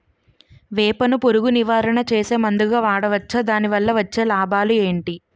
వేప ను పురుగు నివారణ చేసే మందుగా వాడవచ్చా? దాని వల్ల వచ్చే లాభాలు ఏంటి?